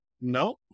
No